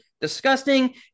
disgusting